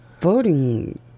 voting